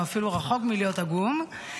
הוא אפילו רחוק מלהיות עגום.